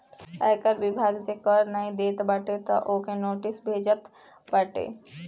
आयकर विभाग जे कर नाइ देत बाटे तअ ओके नोटिस भेजत बाटे